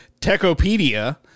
Techopedia